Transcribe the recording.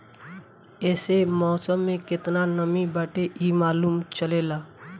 एसे मौसम में केतना नमी बाटे इ मालूम चलेला